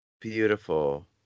beautiful